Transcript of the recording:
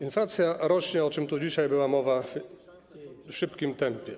Inflacja rośnie, o czym tu dzisiaj była mowa, w szybkim tempie.